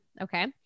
okay